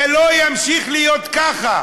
זה לא ימשיך להיות ככה,